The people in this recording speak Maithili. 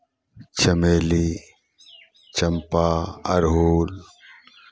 चमेली चम्पा अड़हुल